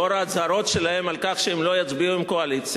לאור ההצהרות שלהם על כך שהם לא יצביעו עם הקואליציה,